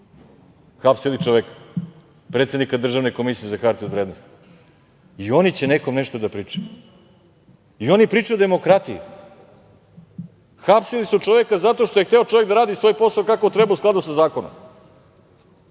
Hapsili čoveka, predsednika Državne komisije za hartije od vrednostii oni će nekom nešto da pričaju. I oni pričaju o demokratiji, hapsili su čoveka zato što je hteo čovek da radi svoj posao kako treba u skladu sa